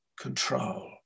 control